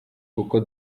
kuko